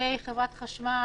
עובדי חברת חשמל